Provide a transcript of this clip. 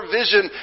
vision